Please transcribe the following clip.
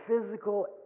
physical